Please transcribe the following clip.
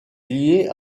lié